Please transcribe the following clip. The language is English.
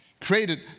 created